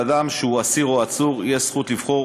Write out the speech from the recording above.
לאדם שהוא אסיר או עצור יש זכות לבחור